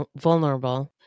vulnerable